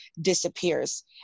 disappears